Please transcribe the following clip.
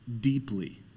deeply